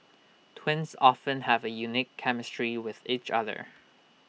twins often have A unique chemistry with each other